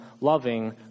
loving